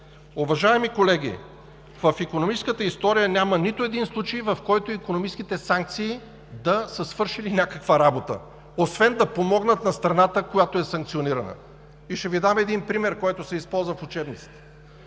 уважаеми колеги, в икономическата история няма нито един случай, в който икономическите санкции да са свършили някаква работа, освен да помогнат на страната, която е санкционирана. Ще Ви дам един пример, който се използва в учебниците.